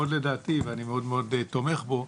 לדעתי ואני מאוד מאוד תומך בו.